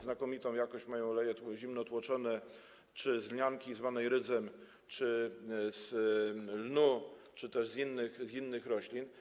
Znakomitą jakość mają oleje zimnotłoczone, czy z lnianki, zwanej rydzem, czy z lnu, czy też z innych roślin.